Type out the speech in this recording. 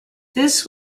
this